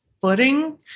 footing